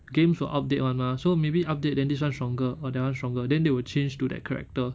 games will update [one] mah so maybe update then this [one] stronger or that [one] stronger then they will change to that character